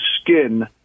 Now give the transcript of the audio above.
skin